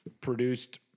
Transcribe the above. produced